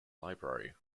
library